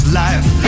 life